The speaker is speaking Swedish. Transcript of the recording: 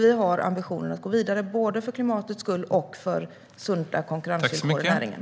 Vi har ambitionen att gå vidare, både för klimatets skull och för sunda konkurrensvillkor i näringen.